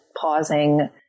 pausing